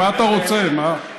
מה אתה רוצה, מה?